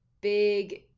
big